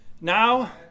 Now